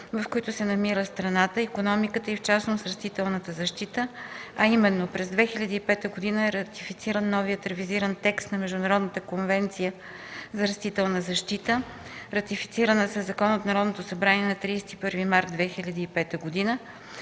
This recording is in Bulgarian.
в които се намират страната, икономиката и в частност растителната защита, а именно: през 2005 г. е ратифициран новият ревизиран текст на Международната конвенция за растителна защита ратифицирана със закон от Народното събрание на 31 март 2005 г.,